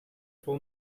vol